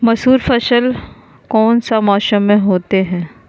मसूर फसल कौन सा मौसम में होते हैं?